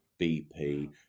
BP